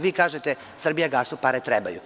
Vi kažete – „Srbijagasu“ pare trebaju“